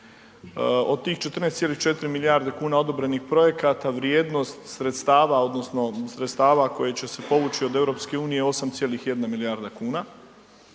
Od tih 14,4 milijarde kuna odobrenih projekata vrijednost sredstava odnosno sredstava koje će se povući od EU je 8,1 milijarda kuna